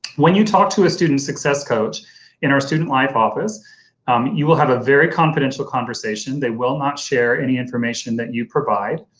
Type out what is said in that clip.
when you talk to a student success coach in our student life office you will have a very confidential conversation. they will not share any information that you provide.